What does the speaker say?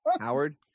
Howard